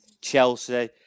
Chelsea